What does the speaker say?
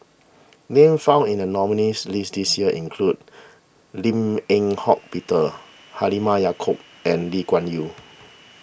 names found in the nominees' list this year include Lim Eng Hock Peter Halimah Yacob and Lee Kuan Yew